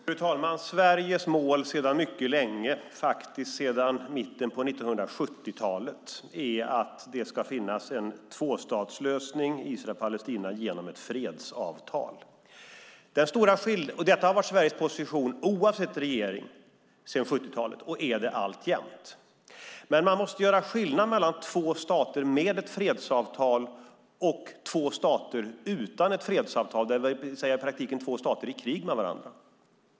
Fru talman! Sveriges mål sedan mycket länge, sedan mitten av 1970-talet, är att det ska finnas en tvåstatslösning Israel-Palestina genom ett fredsavtal. Detta har varit Sveriges position oavsett regering sedan 1970-talet - och är det alltjämt. Men man måste göra skillnad mellan två stater med ett fredsavtal och två stater utan ett fredsavtal, det vill säga i praktiken två stater i krig med varandra.